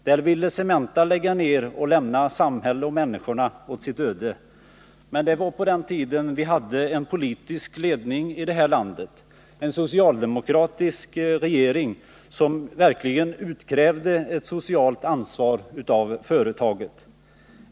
Där ville Cementa lägga ned och lämna samhälle och människor åt sitt öde, men det var på den tid vi hade en politisk ledning i det här landet, en socialdemokratisk regering som verkligen utkrävde ett socialt ansvar av företaget.